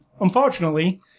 unfortunately